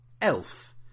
Elf